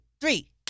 three